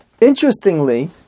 Interestingly